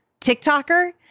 TikToker